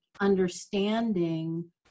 understanding